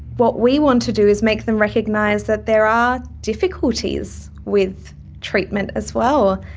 what we want to do is make them recognise that there are difficulties with treatment as well.